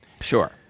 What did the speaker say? Sure